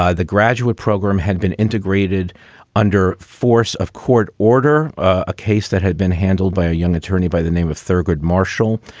the graduate program had been integrated under force of court order, a case that had been handled by a young attorney by the name of thurgood marshall.